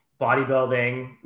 bodybuilding